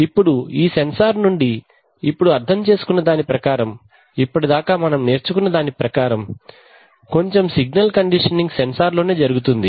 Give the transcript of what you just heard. ఇప్పుడు ఈ సెన్సార్ నుండి ఇప్పుడు అర్థం చేసుకున్న దాని ప్రకారం ఇప్పటిదాకా నేర్చుకున్న దాని ప్రకారం కొంచెం సిగ్నల్ కండిషనింగ్ సెన్సార్ లో నే జరుగుతుంది